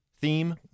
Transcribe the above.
theme